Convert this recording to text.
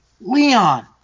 Leon